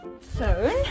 phone